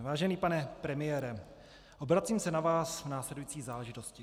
Vážený pane premiére, obracím se na vás v následující záležitosti.